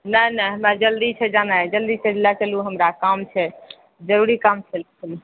नहि नहि हमरा जल्दी छै जानाइ जल्दी सँ लए चलु हमरा काम छै जरुरी काम छै